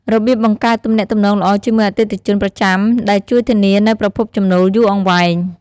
របៀបបង្កើតទំនាក់ទំនងល្អជាមួយអតិថិជនប្រចាំដែលជួយធានានូវប្រភពចំណូលយូរអង្វែង។